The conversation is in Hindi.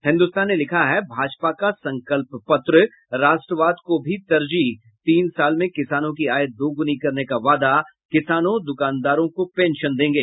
हिन्दुस्तान ने लिखा है भाजपा का संकल्प पत्र राष्ट्रवाद को भी तरजीह तीन साल में किसानों की आय दुगुनी करने का वादा किसानों दूकानदारों को पेंशन देंगे